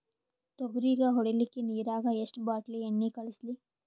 ತೊಗರಿಗ ಹೊಡಿಲಿಕ್ಕಿ ನಿರಾಗ ಎಷ್ಟ ಬಾಟಲಿ ಎಣ್ಣಿ ಕಳಸಲಿ?